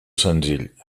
senzill